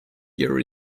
year